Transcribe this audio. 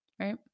right